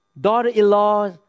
daughter-in-law